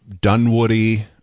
Dunwoody